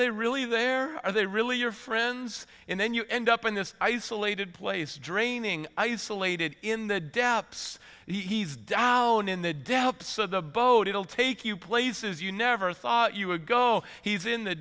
they really there are they really your friends and then you end up in this isolated place draining isolated in the depths he's down in the depths of the boat it'll take you places you never thought you would go he's in the